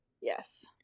Yes